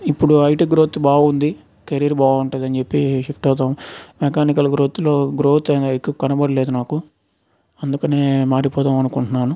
ఇప్పుడు IT growth బాగుంది career బాగుంటుంది అని చెప్పి షిఫ్ట్ అవుదాం మెకానికల్ గ్రోత్లో గ్రోత్ అనేది ఎక్కువ కనబడలేదు నాకు అందుకనే మారిపోదాం అనుకుంటున్నాను